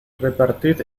repartid